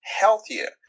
healthier